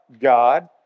God